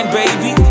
baby